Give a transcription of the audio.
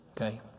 Okay